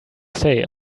say